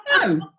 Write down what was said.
no